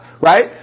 right